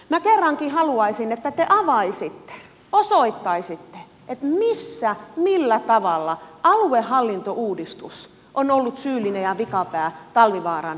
minä kerrankin haluaisin että te avaisitte osoittaisitte että missä millä tavalla aluehallintouudistus on ollut syyllinen ja vikapää talvivaaran ongelmiin